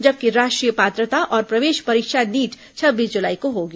जबकि राष्ट्रीय पात्रता और प्रवेश परीक्षा नीट छब्बीस जुलाई को होगी